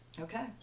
Okay